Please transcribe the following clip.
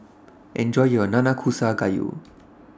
Enjoy your Nanakusa Gayu